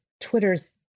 Twitter's